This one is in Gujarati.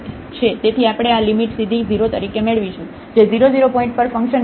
તેથી આપણે આ લિમિટ સીધી 0 તરીકે મેળવીશું જે 0 0 પોઇન્ટ પર ફંકશન વેલ્યુ છે